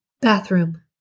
Bathroom